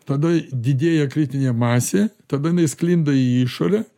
tada didėja kritinė masė tada jinai sklinda į išorę